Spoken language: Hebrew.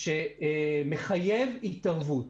משהו בסיסי שמחייב התערבות.